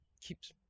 keeps